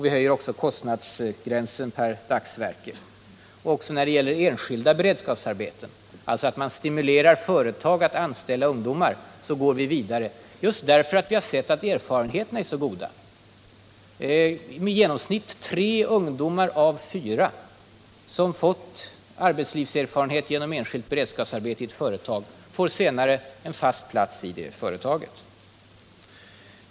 Vi höjer också kostnadsgränsen per dagsverke. Också när det gäller enskilda beredskapsarbeten, dvs. att man stimulerar företag att anställa ungdomar, går vi vidare just därför att vi har sett att erfarenheterna är så goda. I genomsnitt tre ungdomar av fyra som har fått arbetslivserfarenhet genom enskilt beredskapsarbete i företag får senare en fast plats i det företaget.